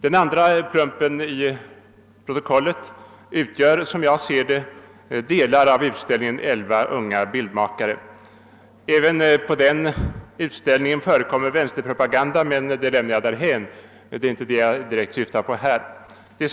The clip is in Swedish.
Den andra plumpen i protokollet utgör enligt min uppfattning delar av utställningen 11 unga bildmakare. Även på denna utställning förekommer vänsterpropaganda, men denna lämnar jag nu därhän. Det är inte den jag i detta sammanhang vill ta upp.